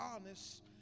honest